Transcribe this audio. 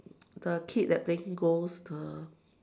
the kid that playing ghost the